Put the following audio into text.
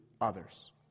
others